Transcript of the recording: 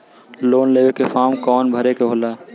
Loan लेवे के form कौन भरे के होला?